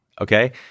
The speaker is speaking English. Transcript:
Okay